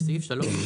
בסעיף 3,